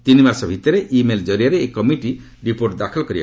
ତିନି ମାସ ଭିତରେ ଇ ମେଲ୍ ଜରିଆରେ ଏହି କମିଟି ରିପୋର୍ଟ ଦାଖଲ କରିବ